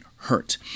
hurt